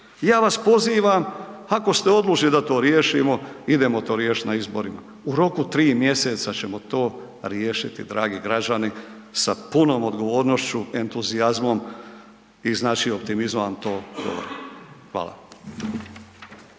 Ja vas pozivam, ako ste odlučili da to riješimo, idemo to riješiti na izborima. U roku 3 mjeseca ćemo to riješiti, dragi građani, sa punom odgovornošću, entuzijazmom i znači, optimizmom vam to govorim. Hvala.